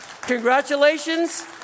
Congratulations